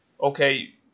okay